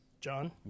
John